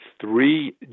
three